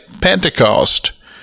Pentecost